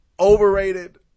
Overrated